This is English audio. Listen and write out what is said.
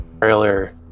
trailer